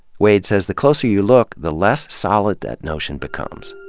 wade says the closer you look, the less solid that notion becomes.